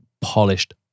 polished